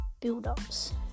build-ups